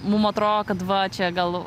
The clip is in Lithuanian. mum atroo kad va čia gal